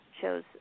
shows